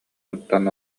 туттан